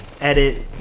edit